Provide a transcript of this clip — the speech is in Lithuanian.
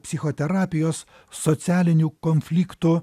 psichoterapijos socialinių konfliktų